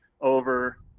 over